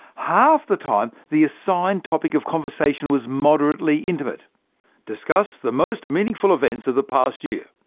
half the time, the assigned topic of conversation was moderately intimate discuss the most meaningful events of the past year.